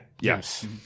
Yes